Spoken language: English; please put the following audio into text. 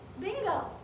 bingo